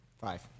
Five